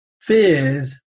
fears